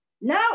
now